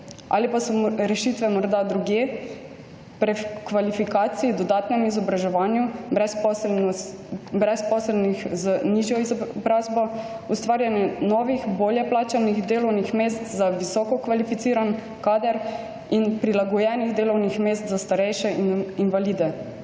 Ali pa so rešitve morda drugje, v prekvalifikaciji, dodatnem izobraževanju brezposelnih z nižjo izobrazno, ustvarjanje novih, bolje plačanih delovnih mest za visoko kvalificiran kader in prilagojenih delovnih mest za starejše in invalide?